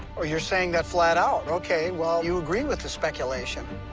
oh, you're saying that flat out, okay. well, you agree with the speculation.